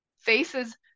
faces